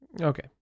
Okay